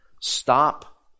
Stop